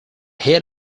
head